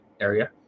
area